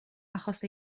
achos